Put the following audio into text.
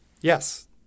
Yes